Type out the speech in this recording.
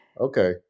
Okay